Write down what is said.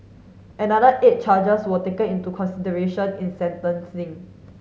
another eight charges were taken into consideration in sentencing